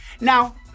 Now